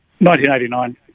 1989